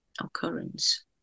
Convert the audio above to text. occurrence